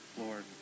Lord